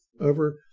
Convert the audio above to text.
over